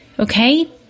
Okay